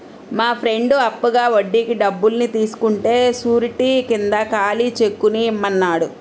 మా ఫ్రెండు అప్పుగా వడ్డీకి డబ్బుల్ని తీసుకుంటే శూరిటీ కింద ఖాళీ చెక్కుని ఇమ్మన్నాడు